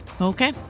Okay